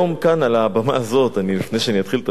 לפני שאתחיל את הנושא עצמו,